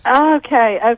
Okay